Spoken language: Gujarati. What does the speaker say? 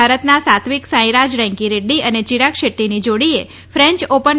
ભારતની સાત્વિક સાંઈરાજ રાંકીરેડ્રી અને ચિરાગ શેદ્દીની જોડીએ ફ્રેન્ચ ઓપન